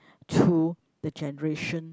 to the generation